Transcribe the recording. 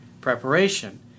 preparation